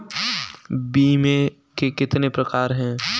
बीमे के कितने प्रकार हैं?